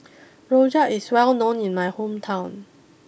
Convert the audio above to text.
Rojak is well known in my hometown